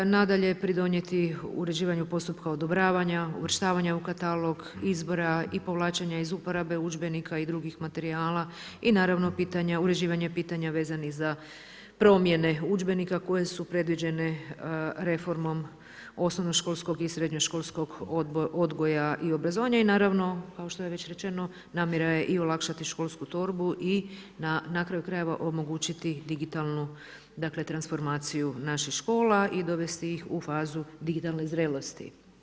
Nadalje pridonijeti uređivanju postupku odobravanja, uvrštavanja u katalog, izbora i povlačenja iz uporabe udžbenika i drugih materijala i naravno pitanje, uređivanje pitanja vezanih za promjene udžbenika koje su predviđene reformom osnovnoškolskog i srednjoškolskog odgoja i obrazovanja i naravno, kao što je već rečeno, namjera je i olakšati školsku torbu i na kraju krajeva omogućiti digitalnu transformaciju naših škola i dovesti ih u fazu digitalne zrelosti.